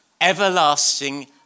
everlasting